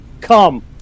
come